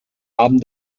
haben